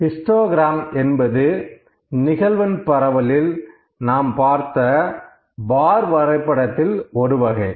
histogram என்பது நிகழ்வெண் பரவலில் நாம் பார்த்த பார் வரைபடத்தில் ஒரு வகை